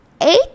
Eight